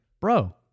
bro